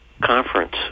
conference